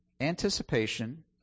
anticipation